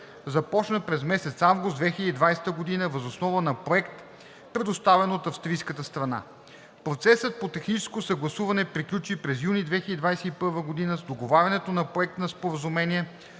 започна през месец август 2020 г. въз основа на проект, предоставен от австрийската страна. Процесът по техническо съгласуване приключи през юни 2021 г. с договарянето на Проект на споразумение,